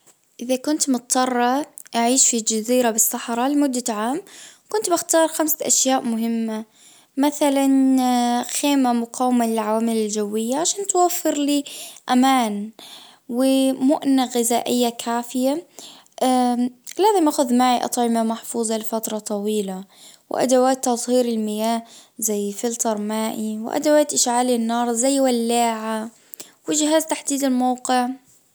اذا كنت مضطرة اعيش في جزيرة بالصحراء لمدة عام كنت بختار خمسة اشياء مهمة مثلا خيمة مقاومة للعوامل الجوية عشان توفر لي امان ومؤنة غذائية كافية لازم اخذ معي اطعمة محفوظة لفترة طويلة وادوات تصطهير المياه زي فلتر مائي وادوات اشعال النار زي ولاعة وجهاز تحديد الموقع.